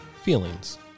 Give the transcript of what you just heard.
Feelings